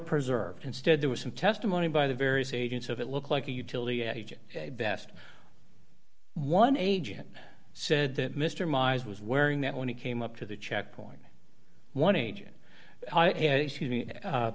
preserved instead there was some testimony by the various agents of it look like a utility agent best one agent said that mr myers was wearing that when he came up to the checkpoint one agent